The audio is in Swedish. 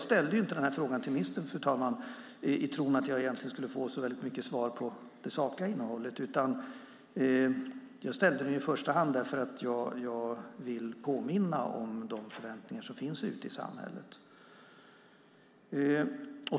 Jag ställde inte den här frågan till ministern i tron att jag skulle få så väldigt mycket svar på det sakliga innehållet. Jag ställde den för att jag vill påminna om de förväntningar som finns ute i samhället.